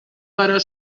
però